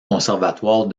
conservatoire